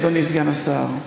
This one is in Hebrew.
אדוני סגן השר,